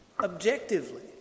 Objectively